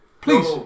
Please